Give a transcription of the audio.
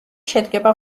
შედგება